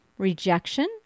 Rejection